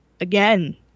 again